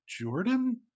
Jordan